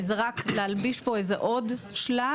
וזה רק להלביש פה איזה עוד שלב,